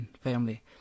family